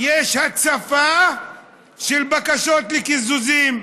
יש הצפה של בקשות לקיזוזים.